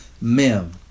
mem